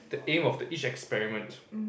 the aim of each experiment